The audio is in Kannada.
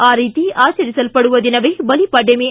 ಆ ರೀತಿ ಆಚರಿಸಲ್ಲಡುವ ದಿನವೇ ಬಲಿಪಾಡ್ಕಮಿ